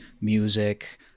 music